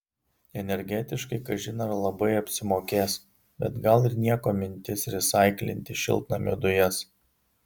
energetiškai kažin ar labai apsimokės bet gal ir nieko mintis resaiklinti šiltnamio dujas